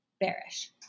bearish